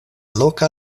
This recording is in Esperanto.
loka